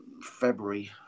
february